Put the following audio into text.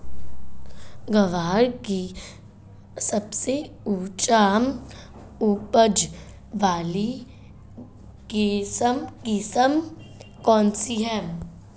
ग्वार की सबसे उच्च उपज वाली किस्म कौनसी है?